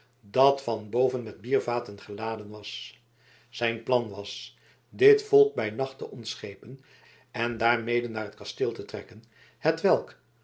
dat van boven met biervaten geladen was zijn plan was dit volk bij nacht te ontschepen en daarmede naar het kasteel te trekken hetwelk